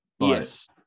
yes